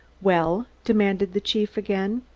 well? demanded the chief again.